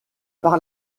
par